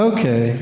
Okay